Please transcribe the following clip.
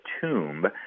Tomb